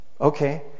Okay